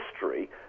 history